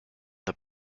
the